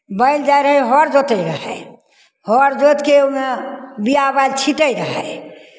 बैल जाइत रहय हर जोतैत रहय हर जोति कऽ ओहिमे बिया बालि छीँटैत रहय